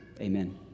Amen